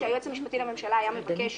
כשהיועץ המשפטי לממשלה היה מבקש